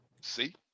see